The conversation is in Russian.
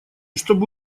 чтобы